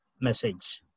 message